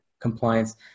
compliance